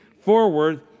forward